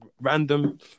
random